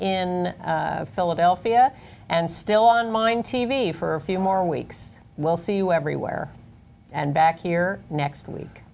in philadelphia and still on mine t v for a few more weeks we'll see you everywhere and back here next week